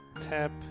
tap